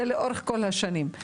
זה לאורך כל השנים.